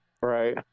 Right